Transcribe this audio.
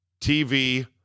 TV